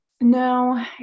No